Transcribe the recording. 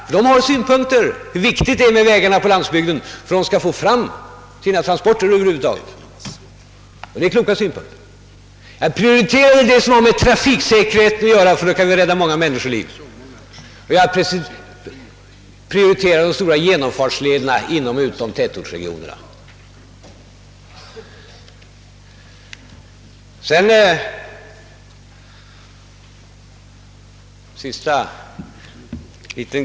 De har kloka synpunkter på hur viktigt det är med vägarna på landsbygden för att de över huvud taget skall få fram sina transporter. Vi bör också prioritera allt som har med trafiksäkerheten att göra, ty därigenom kan vi rädda många människoliv. Vi prioriterar också de stora genomfartslederna inom och utom tätortsregionerna, som är kritiska trafikpunkter.